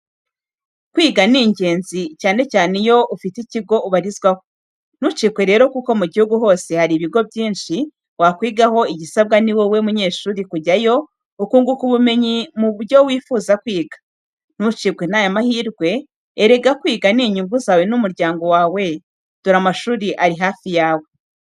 Kwiga ni ingenzi, cyane cyane iyo ufite ikigo ubarizwaho. Ntucikwe rero kuko mu gihugu hose hari Ibigo byinshi wakwigaho igisabwa ni wowe munyeshuri kujyayo ukunguka ubumenyi mu byo wifuza kwiga. Ntucikwe n'aya mahirwe, erega kwiga ni inyungu zawe n'umuryango wawe. Dore amashuri ari hafi yawe.